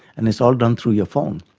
and it's all done through your phone.